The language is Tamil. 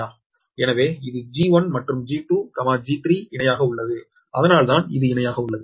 எனவே இது G1மற்றும் G2 G3 இணையாக உள்ளது அதனால்தான் இது இணையாக உள்ளது